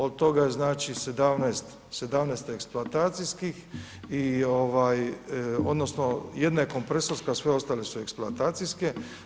Od toga znači 17 eksploatacijskih odnosno jedna je kompresorska, a sve ostale su eksploatacijske.